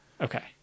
Okay